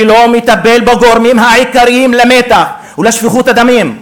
ולא מטפל בגורמים העיקריים למתח ולשפיכות הדמים.